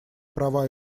права